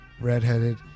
redheaded